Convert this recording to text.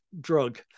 drug